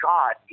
God